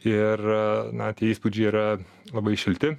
ir na tie įspūdžiai yra labai šilti